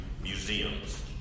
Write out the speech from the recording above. museums